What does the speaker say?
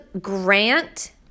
Grant